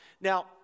now